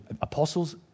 apostles